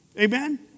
Amen